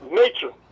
nature